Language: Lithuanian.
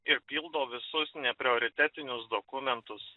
ir pildo visus neprioritetinius dokumentus